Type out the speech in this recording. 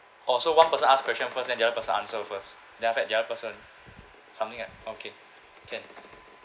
oh so one person ask question first then the other person answer first then after that the other person something like okay can